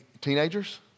Teenagers